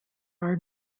are